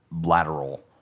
lateral